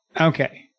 Okay